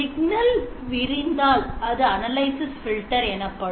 Signal விரிந்தால் அது analysis filter எனப்படும்